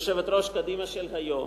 יושבת-ראש קדימה של היום,